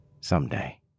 someday